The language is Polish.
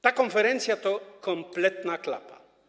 Ta konferencja to kompletna klapa.